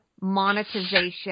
monetization